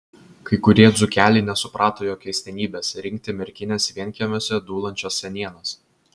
kai kurie dzūkeliai nesuprato jo keistenybės rinkti merkinės vienkiemiuose dūlančias senienas